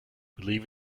believe